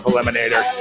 Eliminator